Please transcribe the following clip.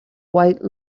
white